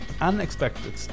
unexpected